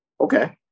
okay